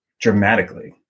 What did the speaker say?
dramatically